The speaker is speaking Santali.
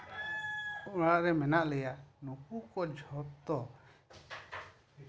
ᱚᱲᱟᱜ ᱨᱮ ᱢᱮᱱᱟᱜ ᱞᱮᱭᱟ ᱱᱩᱠᱩ ᱠᱚ ᱡᱷᱚᱛᱚ